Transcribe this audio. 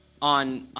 on